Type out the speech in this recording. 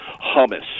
hummus